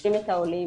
פוגשים את העולים.